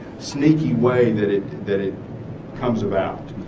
sneaky way that it that it comes about